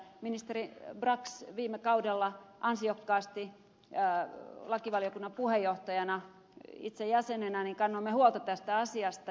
ministeri brax viime kaudella ansiokkaasti lakivaliokunnan puheenjohtajana ja itse jäsenenä kannoimme huolta tästä asiasta